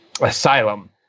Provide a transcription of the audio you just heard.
asylum